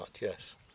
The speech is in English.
yes